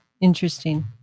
interesting